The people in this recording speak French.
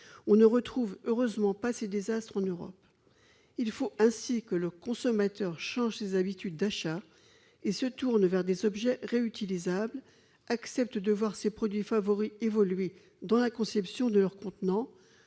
on ne retrouve heureusement pas désastre en Europe, il faut ainsi que le consommateur change ses habitudes d'achats et se tournent vers des objets réutilisables accepte de voir ces produits favoris évoluer dans la conception de leurs contenant